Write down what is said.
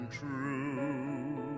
true